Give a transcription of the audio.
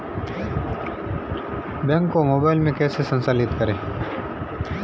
Bank को mobile में कैसे संचालित करें?